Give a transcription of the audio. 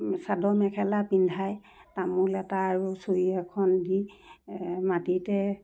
চাদৰ মেখেলা পিন্ধাই তামোল এটা আৰু চুৰি এখন দি মাটিতে